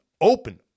open